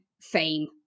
fame